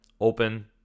open